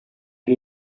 che